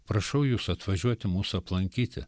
prašau jūsų atvažiuoti mūsų aplankyti